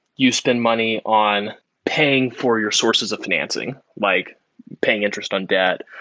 you spend money on paying for your sources of financing, like paying interest on debt,